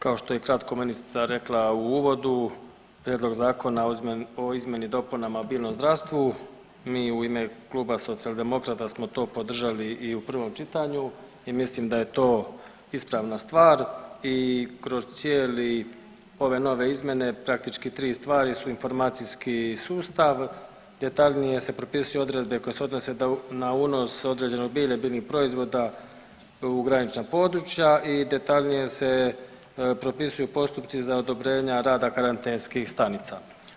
Kao što je kratko ministrica rekla u uvodu, prijedlog zakona o izmjeni dopunama biljnom zdravstvu, mi u ime Kluba socijaldemokrata smo to podržali i u prvom čitanju i mislim da je to ispravna stvar i kroz cijeli, ove nove izmjene, praktički 3 stvari su informacijski sustav, detaljnije se propisuju odredbe koje se odnose na unos određenog bilja i biljnih proizvoda u granična područja i detaljnije se propisuju postupci za odobrenja karantenskih stanica.